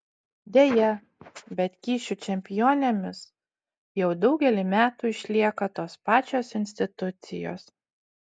deja bet kyšių čempionėmis jau daugelį metų išlieka tos pačios institucijos